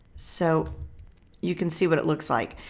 so you can see what it looks like.